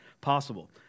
possible